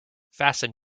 fasten